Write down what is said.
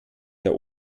der